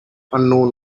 unknown